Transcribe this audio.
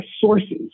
sources